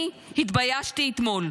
אני התביישתי אתמול.